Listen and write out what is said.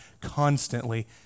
constantly